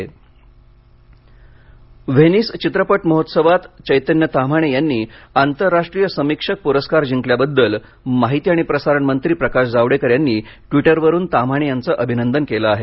पुरस्कार व्हेनिस चित्रपट महोत्सवात चैतन्य ताम्हाणे यांनी आंतरराष्ट्रीय समीक्षक पुरस्कार जिंकल्याबद्दल माहिती अणि प्रसारण मंत्री प्रकाश जावडेकर यांनी ट्वीटरवरून ताम्हाणे यांचं अभिनंदन केले आहे